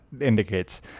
indicates